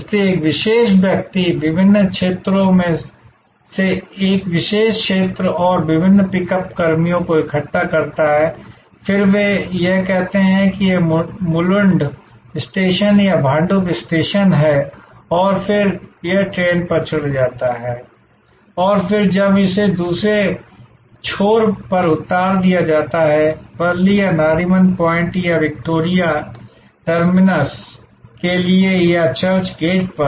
इसलिए एक विशेष व्यक्ति विभिन्न क्षेत्रों से एक विशेष क्षेत्र और विभिन्न पिकअप कर्मियों को इकट्ठा करता है फिर वे यह कहते हैं कि यह मुलुंड स्टेशन या भांडुप स्टेशन है और फिर यह ट्रेन पर चढ़ जाता है और फिर जब इसे दूसरे छोर पर उतार दिया जाता है वर्ली या नरीमन पॉइंट या विक्टोरिया टर्मिनस के लिए या चर्च गेट पर